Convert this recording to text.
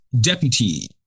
deputy